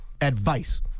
advice